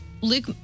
Luke